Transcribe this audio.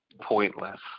pointless